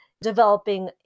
developing